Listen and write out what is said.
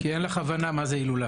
כי אין לך הבנה מה זה הילולה.